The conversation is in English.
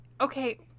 okay